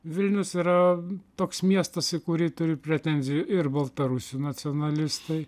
vilnius yra toks miestas į kuri turi pretenzijų ir baltarusių nacionalistai